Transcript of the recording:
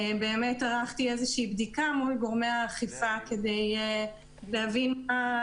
ערכתי איזושהי בדיקה מול גורמי האכיפה כדי להבין מה